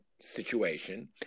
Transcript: situation